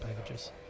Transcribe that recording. packages